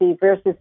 versus